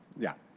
yeah.